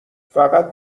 فقط